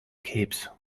keeps